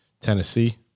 tennessee